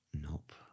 Nope